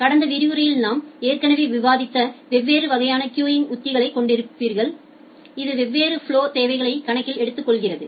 கடந்த விரிவுரையில் நாம் ஏற்கனவே விவாதித்த வெவ்வேறு வகையான கியூங் உத்திகளைக் கொண்டிருப்பீர்கள் இது வெவ்வேறு ஃபலொ தேவைகளை கணக்கில் எடுத்துக்கொள்கிறது